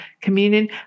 communion